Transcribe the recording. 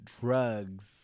drugs